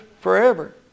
forever